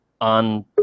on